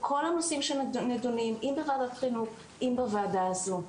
בכל הנושאים אם בוועדת חינוך, אם בוועדה הזו.